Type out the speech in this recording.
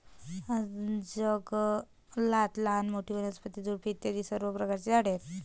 जंगलात लहान मोठी, वनस्पती, झुडपे इत्यादी सर्व प्रकारची झाडे आहेत